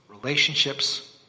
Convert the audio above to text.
relationships